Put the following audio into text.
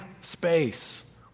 space